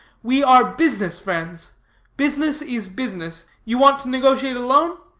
we are business friends business is business. you want to negotiate a loan.